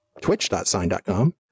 twitch.sign.com